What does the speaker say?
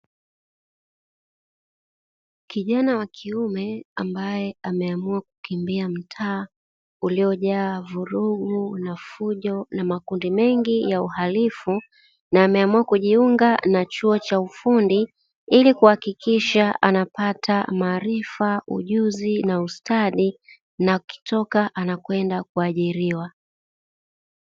Kijana wa kiume ambaye ameamua kukimbia mtaa uliojaa vurugu na fujo na makundi mengi ya uhalifu, na ameamua kujiunga na chuo cha ufundi ili kuhakikisha anapata: maarifa, ujuzi na ustadi; na akitoka anakwenda kuajiriwa.